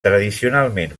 tradicionalment